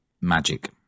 magic